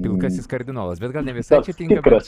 pilkasis kardinolas bet gal ne visai čia tinka bet